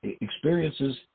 Experiences